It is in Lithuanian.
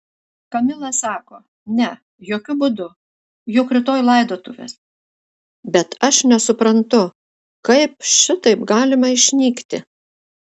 kamila sako ne jokiu būdu juk rytoj laidotuvės bet aš nesuprantu kaip šitaip galima išnykti